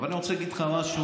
אבל אני רוצה להגיד לך משהו.